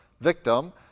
victim